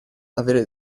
avere